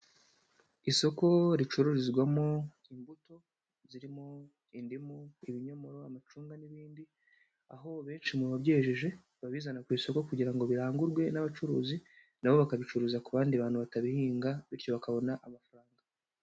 Isoko ricururizwamo imbuto zirimo indimu, ibinyomoro, amacunga n'ibindi, aho benshi mu babyejeje babizana ku isoko kugira ngo birangurwe n'abacuruzi na bo bakabicuruza ku bandi bantu batabihinga bityo bakabona amafaranga.